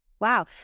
Wow